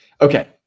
Okay